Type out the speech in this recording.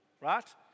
right